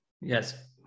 Yes